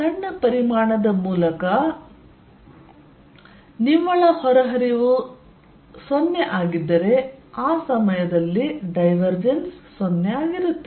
ಸಣ್ಣ ಪರಿಮಾಣದ ಮೂಲಕ ನಿವ್ವಳ ಹೊರಹರಿವು 0 ಆಗಿದ್ದರೆ ಆ ಸಮಯದಲ್ಲಿ ಡೈವರ್ಜೆನ್ಸ್ 0 ಆಗಿರುತ್ತದೆ